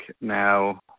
now